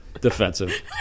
defensive